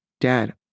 Dad